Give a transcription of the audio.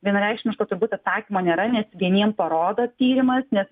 vienareikšmiško turbūt atsakymo nėra nes vieniem parodo tyrimas nes